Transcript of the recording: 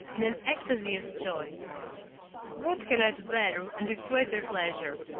in an ecstacy of joy what can i do better, and with greater pleasure?